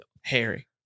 Harry